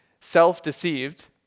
self-deceived